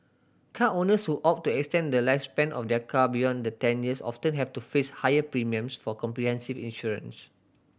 car owners who opt to extend the lifespan of their car beyond the ten years often have to face higher premiums for comprehensive insurance